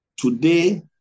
Today